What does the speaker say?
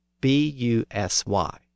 B-U-S-Y